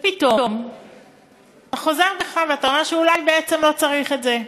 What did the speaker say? ופתאום אתה חוזר בך ואתה אומר שאולי בעצם לא צריך את זה?